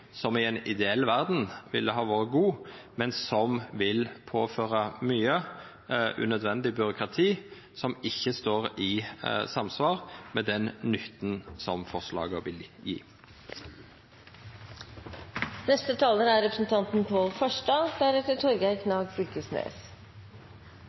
som i ei ideell verd ville ha vore god, men som vil påføra mykje unødvendig byråkrati, som ikkje står i samsvar med den nytten som forslaga